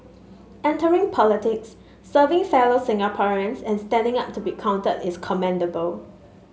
entering politics serving fellow Singaporeans and standing up to be counted is commendable